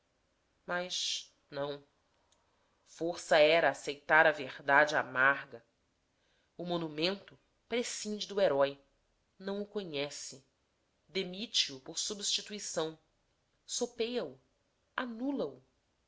mas não força era aceitar a verdade amarga o monumento prescinde do herói não o conhece demite o por substituição sopeia o anula o